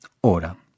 hora